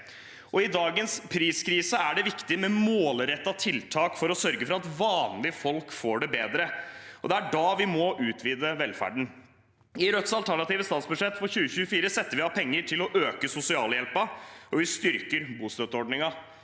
I dagens priskrise er det viktig med målrettede tiltak for å sørge for at vanlige folk får det bedre. Det er da vi må utvide velferden. I Rødts alternative statsbudsjett for 2024 setter vi av penger til å øke sosialhjelpen, og vi styrker bostøtteordningen.